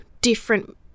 different